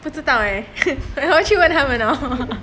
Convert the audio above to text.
不知道我回去问他们啊